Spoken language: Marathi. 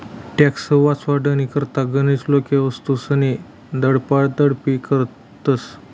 टॅक्स वाचाडानी करता गनच लोके वस्तूस्नी दपाडीदपाड करतस